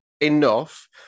enough